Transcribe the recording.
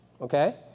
okay